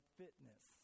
fitness